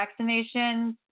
vaccinations